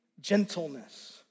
Gentleness